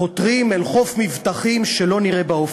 חותרים אל חוף מבטחים שלא נראה באופק.